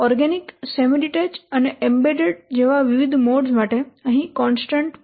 organic semi detached અને embedded જેવા વિવિધ મોડ્સ માટે અહીં કોન્સ્ટન્ટ અલગ હશે